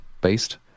based